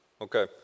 okay